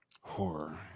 Horror